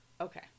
Okay